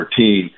2014